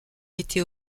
été